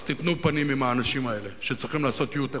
אז תיתנו פנים עם האנשים האלה שצריכים לעשות U-turn